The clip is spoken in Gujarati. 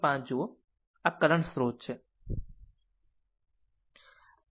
5 જુઓ આ કરંટ સ્રોત છે 2